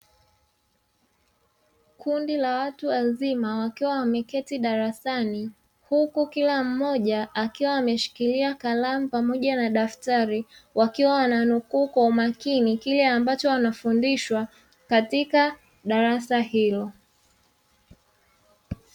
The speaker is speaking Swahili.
Kundi la watu wazima wakiwa wameketi darasani, huku kila mmoja akiwa ameshikilia kalamu pamoja na daftari wakiwa wananukuu kwa umakini kile ambacho wanafundishwa katika darasa hilo.